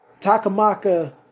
Takamaka